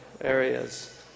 areas